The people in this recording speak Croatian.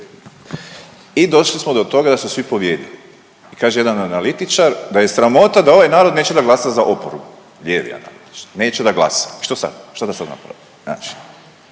i došli smo do toga da su svi pobijedili i kaže jedan analitičar da je sramota da ovaj narod neće da glasa za oporbu … neće da glasa i što sad, što da sad napravimo … a